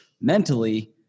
mentally